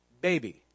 Baby